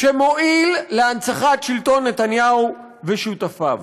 שמועיל להנצחת שלטון נתניהו ושותפיו.